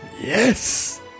Yes